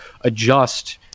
adjust –